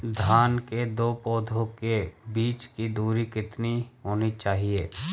धान के दो पौधों के बीच की दूरी कितनी होनी चाहिए?